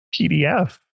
PDF